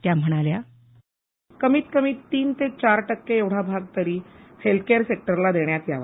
त्या म्हणाल्या कमीत कमी तीन ते चार टक्के एवढा भागतरी हेल्थ केअर सेक्टरला देण्यात यावा